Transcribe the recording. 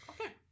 Okay